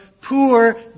poor